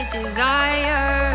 desire